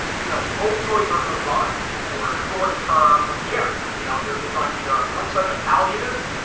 you know, opioids are designed for short term care. you know they're designed either on one side, the palliative.